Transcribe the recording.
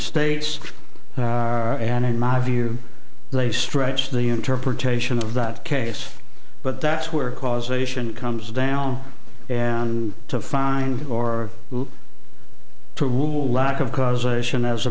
states and in my view they stretch the interpretation of that case but that's where causation comes down and to find or to rule lack of causation as a